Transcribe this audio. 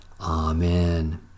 Amen